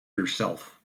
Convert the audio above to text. herself